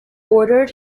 ordered